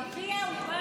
אבי האומה.